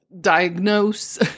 diagnose